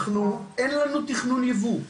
אנחנו אין לנו תכנון ייבוא,